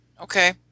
okay